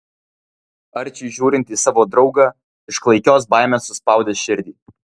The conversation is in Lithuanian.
arčiui žiūrint į savo draugą iš klaikios baimės suspaudė širdį